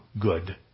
good